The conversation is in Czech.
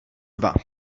dva